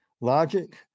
Logic